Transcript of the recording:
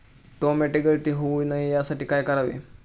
Tomato गळती होऊ नये यासाठी काय करावे?